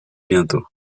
bientôt